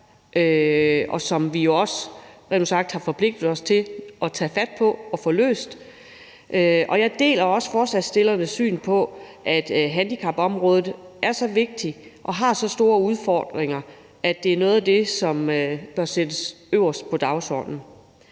ud sagt har forpligtet os til at tage fat på og få løst. Jeg deler også forslagsstillernes syn på, at handicapområdet er så vigtigt og har så store udfordringer, at det er et af de emner, som bør sættes øverst på dagsordenen.